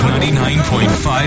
99.5